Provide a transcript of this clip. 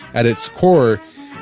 at its core,